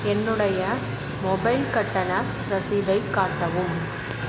என்னுடைய மொபைல் கட்டண ரசீதைக் காட்டவும்